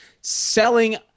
selling